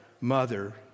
mother